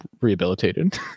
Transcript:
rehabilitated